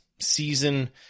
season